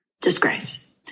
disgrace